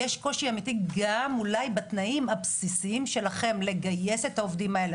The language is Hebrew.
יש קושי אמיתי אולי גם בתנאים הבסיסיים שלכם לגייס את העובדים האלה,